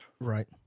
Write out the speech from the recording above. Right